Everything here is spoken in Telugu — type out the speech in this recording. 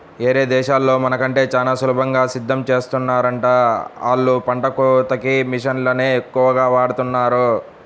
యేరే దేశాల్లో మన కంటే చానా సులభంగా సేద్దెం చేత్తన్నారంట, ఆళ్ళు పంట కోతకి మిషన్లనే ఎక్కువగా వాడతన్నారు